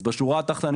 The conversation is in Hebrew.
אז בשורה התחתונה,